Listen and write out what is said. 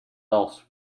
else